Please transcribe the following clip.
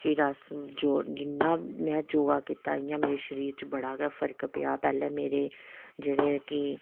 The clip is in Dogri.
फिर अस जो जिन्ना में योगा कीता इ'यां मेरे शरीर च बड़ा गै फर्क पेआ पैह्ले मेरे जेह्ड़े कि